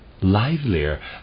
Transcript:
livelier